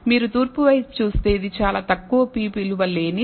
మీరు తూర్పు వైపు చూస్తే ఇది చాలా తక్కువ p విలువ లేని